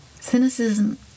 Cynicism